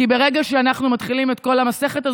כי ברגע שאנחנו מתחילים את כל המסכת הזאת,